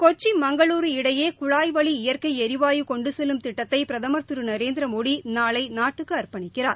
கொச்சி மங்களூர் இடையே குழாய் வழி இயற்கை எரிவாயு கொண்டு செல்லும் திட்டத்தை பிரதமர் திரு நரேந்திரமோடி நாளை நாட்டுக்கு அர்ப்பணிக்கிறார்